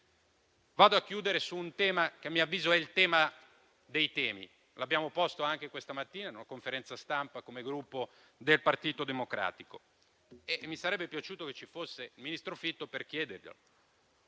mio intervento su quello che, a mio avviso, è il tema dei temi, che abbiamo posto anche questa mattina in una conferenza stampa come Gruppo Partito Democratico. Mi sarebbe piaciuto che ci fosse il ministro Fitto, per chiedergli